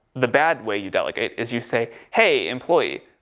the bad way you delegate is you say hey, employee,